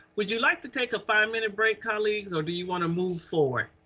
would you like to take a five minute break colleagues or do you wanna move forward?